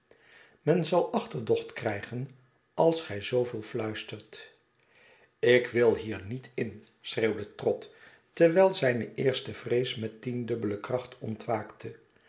men zal achterdocht krijgen als gy zooveel fluistert ik wil hier niet in schreeuwde trott terwijl zijne eerste vrees met tiendubbele kracht ontwaakte